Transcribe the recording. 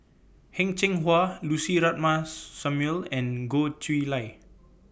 Heng Cheng Hwa Lucy Ratnammah Samuel and Goh Chiew Lye